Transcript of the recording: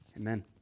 Amen